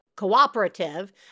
Cooperative